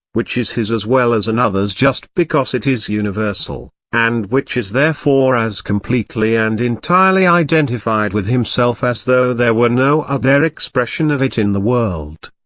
which is his as well as another's just because it is universal, and which is therefore as completely and entirely identified with himself as though there were no other expression of it in the world.